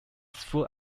full